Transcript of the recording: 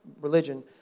religion